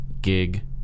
gig